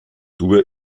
dur